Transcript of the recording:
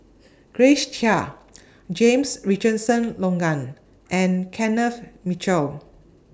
Grace Chia James Richardson Logan and Kenneth Mitchell